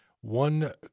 One